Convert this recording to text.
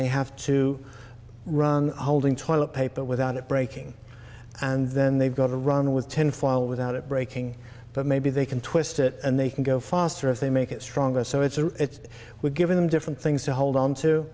they have to run holding toilet paper without it breaking and then they've got to run with ten fall without it breaking but maybe they can twist it and they can go faster if they make it stronger so it's we're giving them different things to hold on to